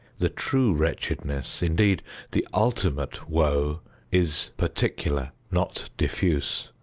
the true wretchedness, indeed the ultimate woe is particular, not diffuse.